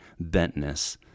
bentness